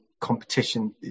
competition